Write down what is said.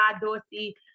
Dorsey